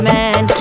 Man